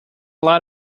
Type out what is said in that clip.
lot